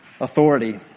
authority